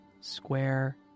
square